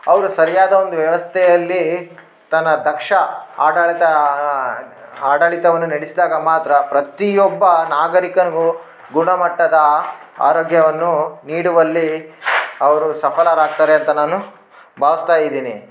ಅವರು ಸರಿಯಾದ ಒಂದು ವ್ಯವಸ್ಥೆಯಲ್ಲಿ ತನ್ನ ತಕ್ಷ ಆಡಳಿತ ಆಡಳಿತವನ್ನು ನಡಿಸ್ದಾಗ ಮಾತ್ರ ಪ್ರತಿಯೊಬ್ಬ ನಾಗರೀಕನಿಗೂ ಗುಣಮಟ್ಟದ ಆರೋಗ್ಯವನ್ನು ನೀಡುವಲ್ಲಿ ಅವರು ಸಫಲರಾಗ್ತಾರೆ ಅಂತ ನಾನು ಭಾವಿಸ್ತಾ ಇದ್ದೀನಿ